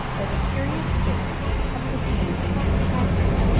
by the curious case of the genus passer.